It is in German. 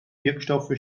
wirkstoffe